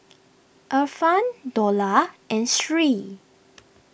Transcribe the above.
Irfan Dollah and Sri